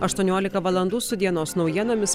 aštuoniolika valandų su dienos naujienomis